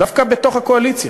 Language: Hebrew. דווקא בתוך הקואליציה,